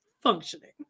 functioning